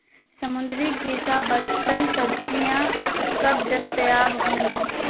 سمندری غذا برتن سبزیاں کب دستیاب ہوں گی